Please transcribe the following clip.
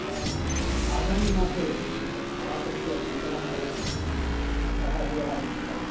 अ आगामिमासे किञ्चित् आवासस्य चिन्तनं चलति अतः दूरवाणीं कृतम्